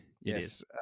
Yes